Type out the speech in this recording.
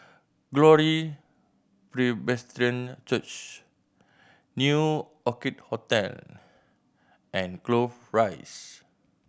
Glory Presbyterian Church New Orchid Hotel and Clover Rise